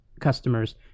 customers